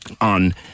on